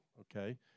okay